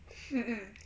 mm mm